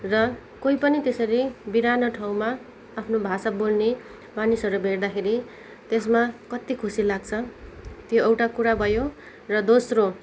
र कोही पनि त्यसरी बिरानो ठाउँमा आफ्नो भाषा बोल्ने मानिसहरू भेट्दाखेरि त्यसमा कति खुसी लाग्छ त्यो एउटा कुरा भयो र दोस्रो